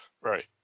right